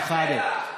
אבו שחאדה.